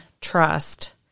trust